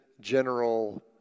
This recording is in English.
general